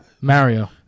Mario